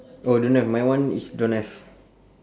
oh don't have my one is don't have